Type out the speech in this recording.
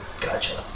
Gotcha